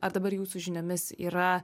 a dabar jūsų žiniomis yra